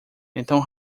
então